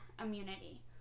immunity